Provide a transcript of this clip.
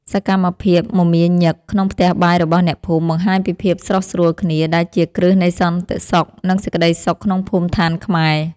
សកម្មភាពមមាញឹកក្នុងផ្ទះបាយរបស់អ្នកភូមិបង្ហាញពីភាពស្រុះស្រួលគ្នាដែលជាគ្រឹះនៃសន្តិសុខ និងសេចក្តីសុខក្នុងភូមិឋានខ្មែរ។